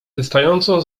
wystającą